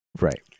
Right